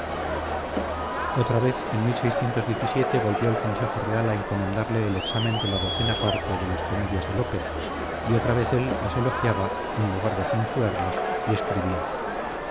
otra vez en volvió el consejo real a encomendarle el exámen de la docena parte de las comedias de lope y otra vez él las elogiaba en lugar de censurarlas y escribía